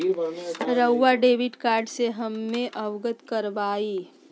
रहुआ debit card से हमें अवगत करवाआई?